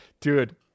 dude